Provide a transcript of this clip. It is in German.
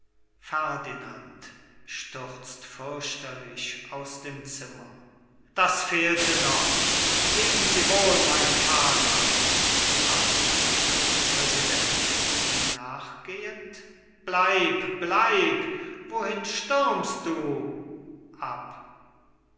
zimmer das fehlte noch leben sie wohl mein vater ab präsident ihm nachgehend bleib bleib wohin stürmst du